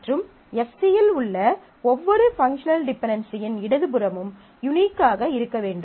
மற்றும் Fc இல் உள்ள ஒவ்வொரு பங்க்ஷனல் டிபென்டென்சியின் இடது புறமும் யூனிக்காக இருக்க வேண்டும்